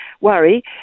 worry